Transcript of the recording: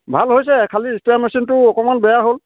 ভাল হৈছে এ খালি স্প্ৰে মেচিনটো অকণমান বেয়া হ'ল